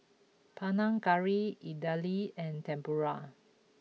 Panang Curry Idili and Tempura